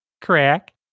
Crack